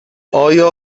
آیا